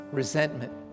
resentment